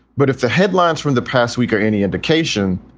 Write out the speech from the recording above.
but if the headlines from the past week are any indication,